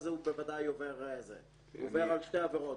אז הוא בוודאי עובר על שתי עבירות,